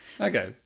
Okay